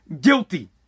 guilty